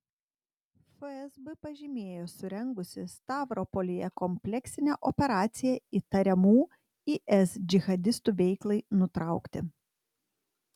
fsb pažymėjo surengusi stavropolyje kompleksinę operaciją įtariamų is džihadistų veiklai nutraukti